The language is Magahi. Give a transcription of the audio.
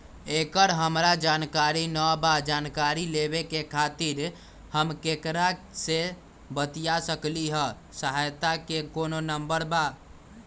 एकर हमरा जानकारी न बा जानकारी लेवे के खातिर हम केकरा से बातिया सकली ह सहायता के कोनो नंबर बा?